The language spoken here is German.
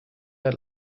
der